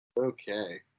Okay